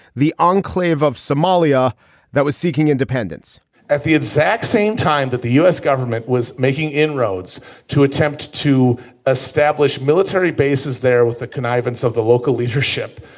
the on cleeve of somalia that was seeking independence at the exact same time that the u s. government was making inroads to attempt to establish military bases there with the connivance of the local leadership.